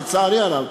לצערי הרב,